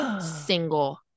single